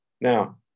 Now